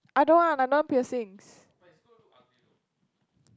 I don't want I don't want piercings